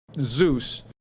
zeus